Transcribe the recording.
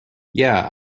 yeah